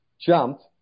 Jumped